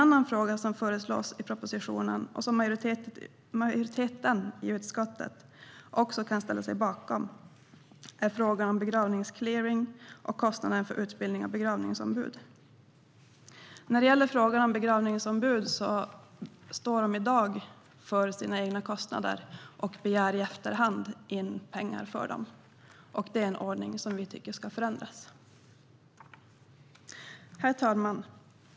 Andra saker som föreslås i propositionen och som majoriteten i utskottet också kan ställa sig bakom gäller begravningsclearing och kostnaden för utbildning av begravningsombud. När det gäller begravningsombud står de i dag för sina egna kostnader och begär i efterhand in pengar för dem. Det är en ordning som vi tycker ska förändras. Herr talman!